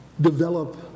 develop